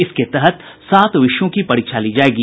इसके तहत सात विषयों के लिए परीक्षा ली जाएगी